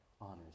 honors